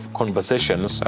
conversations